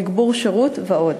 תגבור שירות ועוד.